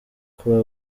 kuba